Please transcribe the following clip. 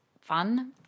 fun